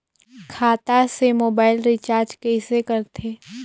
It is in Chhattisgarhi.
खाता से मोबाइल रिचार्ज कइसे करथे